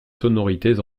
sonorités